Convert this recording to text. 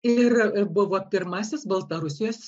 ir buvo pirmasis baltarusijos